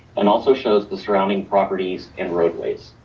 and also shows the surrounding properties and roadways.